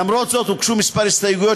למרות זאת הוגשו כמה הסתייגויות,